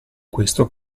questo